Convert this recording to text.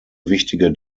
wichtige